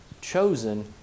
chosen